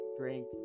drink